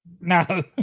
No